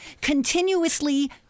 continuously